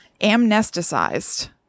Amnesticized